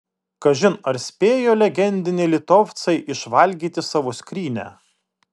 kažin ar spėjo legendiniai litovcai išvalgyti savo skrynią